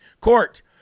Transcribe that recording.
Court